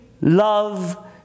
love